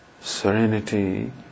serenity